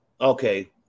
okay